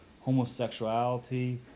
homosexuality